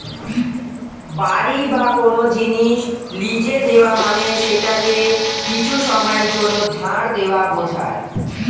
বাড়ি বা কোন জিনিস লীজে দেওয়া মানে সেটাকে কিছু সময়ের জন্যে ধার দেওয়া বোঝায়